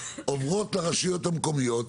עוברות לרשויות המקומיות,